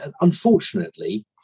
Unfortunately